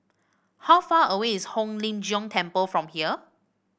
how far away is Hong Lim Jiong Temple from here